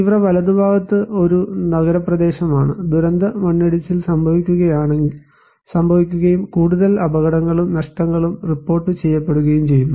തീവ്ര വലതുഭാഗത്ത് ഒരു നഗരപ്രദേശമാണ് ദുരന്ത മണ്ണിടിച്ചിൽ സംഭവിക്കുകയും കൂടുതൽ അപകടങ്ങളും നഷ്ടങ്ങളും റിപ്പോർട്ട് ചെയ്യപ്പെടുകയും ചെയ്യുന്നു